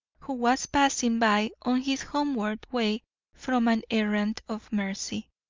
who was passing by on his homeward way from an errand of mercy.